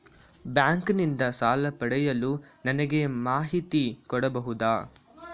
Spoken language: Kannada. ಬ್ಯಾಂಕ್ ನಿಂದ ಸಾಲ ಪಡೆಯಲು ನನಗೆ ಮಾಹಿತಿ ಕೊಡಬಹುದ?